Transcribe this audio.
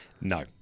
No